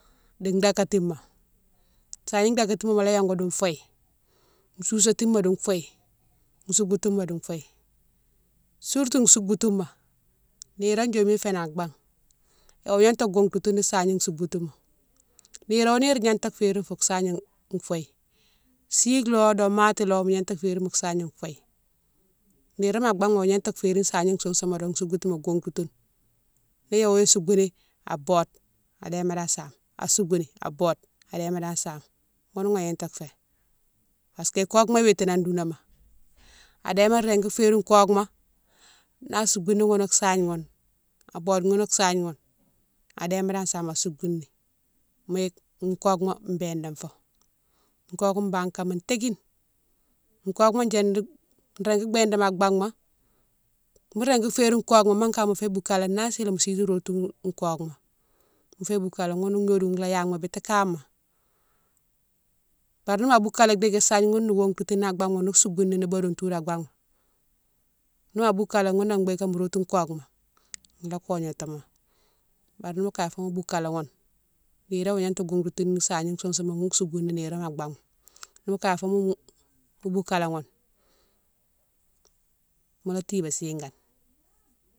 Di dakatima, saghigne dakatima mola yongou di fouye, sousatima di fouye, souboutouma di fouye, surtout souboutouma nirone déma fénan an baghme wo gnata gongoutouni sahigne souboutouma, niro nire gnata férine fou sahigne fouye, sike lo domatigho mo gnata férine mo sahigne fouye, nirome an baghma mo gnata férine sahigne sousouma di souboutouma gongoutoune ni yawo souboutini a bode, adéma dane same, asoubouni a bode, adéma dane same ghounou wa gnata fé parce que koukouma witine an dounama, adéma régui férine kokouma, na soubouni ghoune sahigne ghoune a bode ghounou sahigne ghoune adéma dane same asoubouni mola yike koukouma bédane fo, kokou bane kama tékine, kokouma diady, régui bédane an baghma, mo régui férine kokouma mo kama mo fiyé boukalé nan silé mo siti rotou kokouma, mo fiyé boukalé ghoune gnodiouma la yamo biti kama, bari nima boukalé diki sahigne ghoune wo gongoutounani a baghma no soubounini bodone toudou a baghma, nima boukalé ghounné bigué mo rotou kokouma, la kognatimo, bari nimo kagne fo mo boukalé ghoune niroma wo gnata gongoutouni sahigne sousouma wo soubouni nirone an mbaghma nimo kaye fo mo mo boukalé ghoune mola tibé sighane.